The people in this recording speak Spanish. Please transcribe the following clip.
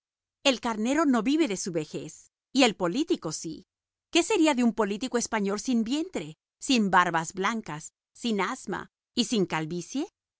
el carnero no vive de su vejez y el político sí qué sería de un político español sin vientre sin barbas blancas sin asma y sin calvicie